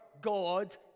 God